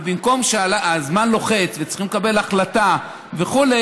והזמן לוחץ וצריכים לקבל החלטה וכו',